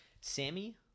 Sammy